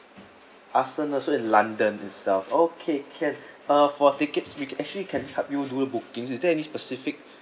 ah sir uh so it london itself okay can uh for tickets we can actually can help you do the bookings is there any specific